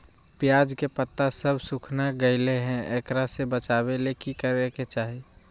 प्याज के पत्ता सब सुखना गेलै हैं, एकरा से बचाबे ले की करेके चाही?